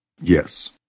Yes